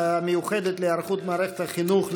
המיוחדת להיערכות מערכת החינוך,